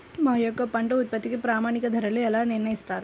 మా యొక్క పంట ఉత్పత్తికి ప్రామాణిక ధరలను ఎలా నిర్ణయిస్తారు?